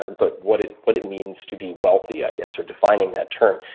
ah but what it what it means to be wealthy, i guess, or defining that term.